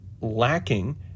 lacking